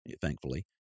thankfully